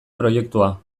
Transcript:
proiektua